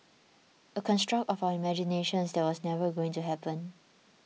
a construct of our imaginations that was never going to happen